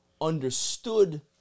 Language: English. understood